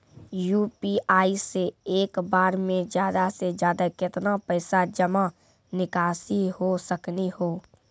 UPI से एक बार मे ज्यादा से ज्यादा केतना पैसा जमा निकासी हो सकनी हो?